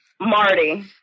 Marty